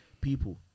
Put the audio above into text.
people